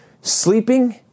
sleeping